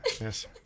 Yes